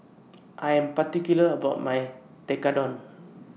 I Am particular about My Tekkadon